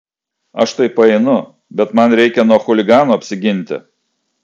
aš tai paeinu bet man reikia nuo chuliganų apsiginti